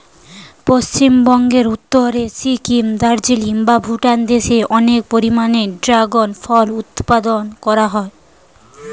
পশ্চিমবঙ্গের উত্তরে সিকিম, দার্জিলিং বা ভুটান দেশে অনেক পরিমাণে ড্রাগন ফল উৎপাদন করা হয়